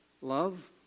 Love